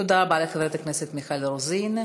תודה רבה לחברת הכנסת מיכל רוזין.